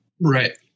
Right